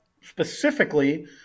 specifically